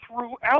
throughout